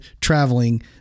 traveling